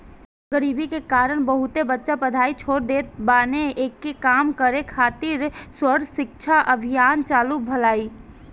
गरीबी के कारण बहुते बच्चा पढ़ाई छोड़ देत बाने, एके कम करे खातिर सर्व शिक्षा अभियान चालु भईल